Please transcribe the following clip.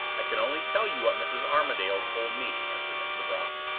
i can only tell you what mrs. armadale told me, answered mr. brock.